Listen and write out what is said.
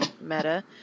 meta